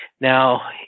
Now